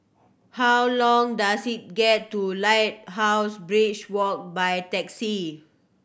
how long does it get to Lighthouse Beach Walk by taxi